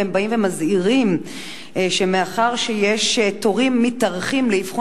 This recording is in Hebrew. והם באים ומזהירים שמאחר שיש תורים מתארכים לאבחון